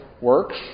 works